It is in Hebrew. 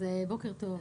בוקר טוב,